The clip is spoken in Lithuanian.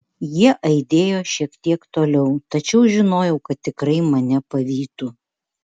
jie aidėjo šiek tiek toliau tačiau žinojau kad tikrai mane pavytų